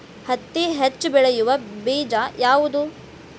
ಹತ್ತಿ ಹೆಚ್ಚ ಬೆಳೆಯುವ ಬೇಜ ಯಾವುದು?